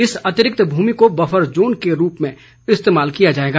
इस अतिरिक्त भूमि को बफर जोन के रूप में इस्तेमाल किया जाएगा